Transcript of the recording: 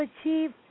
achieve